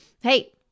Hey